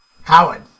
Howard